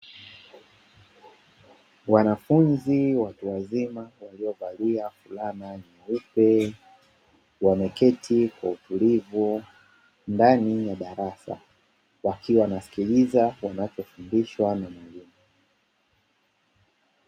Wanafunzi watu wazima, waliovalia fulana nyeupe, wameketi ndani ya darasa, wakiwa wanasikiliza wanachofundishwa na mwalimu.